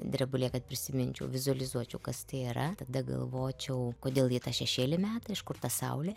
drebulė kad prisiminčiau vizualizuočiau kas tai yra tada galvočiau kodėl ji tą šešėlį meta iš kur ta saulė